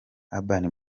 urban